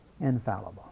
infallible